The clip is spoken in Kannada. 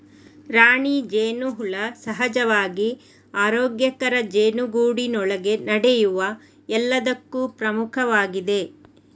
ರಾಣಿ ಜೇನುಹುಳ ಸಹಜವಾಗಿ ಆರೋಗ್ಯಕರ ಜೇನುಗೂಡಿನೊಳಗೆ ನಡೆಯುವ ಎಲ್ಲದಕ್ಕೂ ಪ್ರಮುಖವಾಗಿದೆ